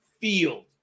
field